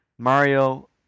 mario